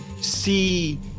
see